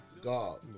God